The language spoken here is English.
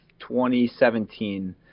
2017